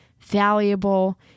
valuable